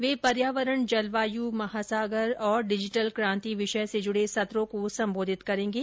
वे पर्यावरण जलवायु महासागर और डिजिटल क्रांति विषय से जुड़े सत्रों को सम्बोधित करेंगे